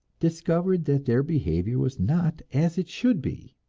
discovered that their behavior was not as it should be.